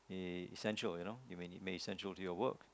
essential you know it may essential to your work